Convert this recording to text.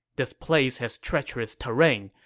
this place has treacherous terrain.